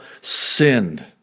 sinned